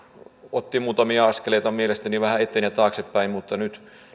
otti muutamia askeleita mielestäni vähän eteen ja taaksepäin mutta nyt